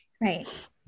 Right